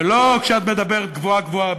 ולא כשאת מדברת גבוהה-גבוהה,